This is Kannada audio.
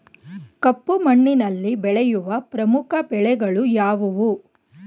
ಕಪ್ಪು ಮಣ್ಣಿನಲ್ಲಿ ಬೆಳೆಯುವ ಪ್ರಮುಖ ಬೆಳೆಗಳು ಯಾವುವು?